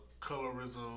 colorism